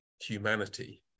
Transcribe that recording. humanity